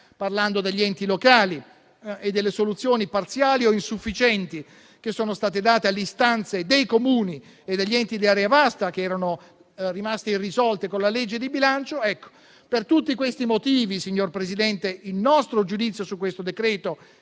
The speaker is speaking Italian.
parlando degli enti locali e delle soluzioni parziali o insufficienti che sono state date alle istanze dei Comuni e degli enti di Area vasta che erano rimaste irrisolte con la legge di bilancio. Per tutti questi motivi, signor Presidente, il nostro giudizio su questo decreto-legge